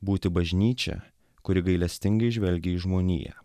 būti bažnyčia kuri gailestingai žvelgia į žmoniją